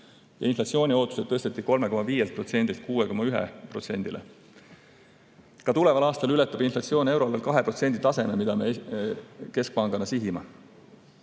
inflatsiooniootusi tõsteti 3,5%‑lt 6,1%‑le. Ka tuleval aastal ületab inflatsioon euroalal 2% taseme, mida me keskpangana sihime.